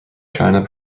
china